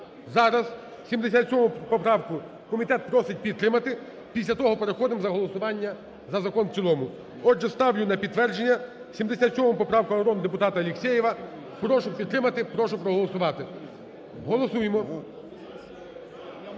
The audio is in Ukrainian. зараз 77 поправку, комітет просить підтримати, після того переходимо до голосування за закон у цілому. Отже, ставлю на підтвердження 77 поправку народного депутата Алєксєєва. Прошу підтримати. Прошу проголосувати. Голосуємо.